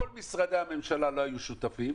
כל משרדי הממשלה לא היו שותפים.